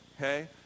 Okay